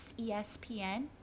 ESPN